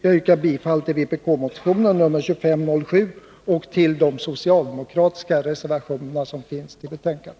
Jag yrkar bifall till vpk-motionen nr 2507 och till de socialdemokratiska reservationer som fogats vid betänkandet.